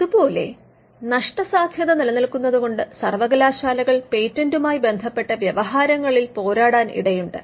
അതുപോലെ നഷ്ടസാദ്ധ്യത നിലനിൽക്കുന്നതുകൊണ്ട് സർവ്വകലാശാലകൾ പേറ്റന്റുമായി ബന്ധപ്പെട്ട വ്യവഹാരങ്ങളിൽ പോരാടാൻ ഇടയുണ്ട്